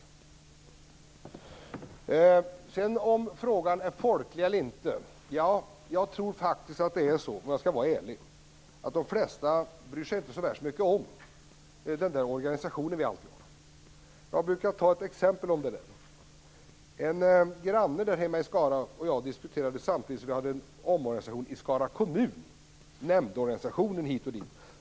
Hjertén undrade om det finns ett folkligt stöd för det nya storlänet eller inte. Om jag skall vara ärlig kan jag säga att jag tror att de flesta faktiskt inte bryr sig så mycket om den organisation vi alltid pratar om. Jag brukar ta ett exempel på detta. En granne hemma i Skara och jag diskuterade nämndorganisationen samtidigt som vi gjorde en omorganisation i Skara kommun.